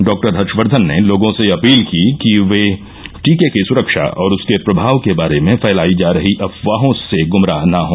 doctor Harsh Vardhan ने लोगों से अपील की कि वे टीके की सुरक्षा और उसके प्रमाव के बारे में फैलाई जा रही अफवाहों से गमराह ना हो